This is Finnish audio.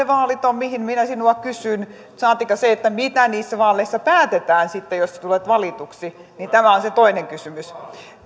vaalit mihin minä sinua kysyn saatika se mitä niissä vaaleissa päätetään sitten jos tulet valituksi tämä on se toinen kysymys